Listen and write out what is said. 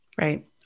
Right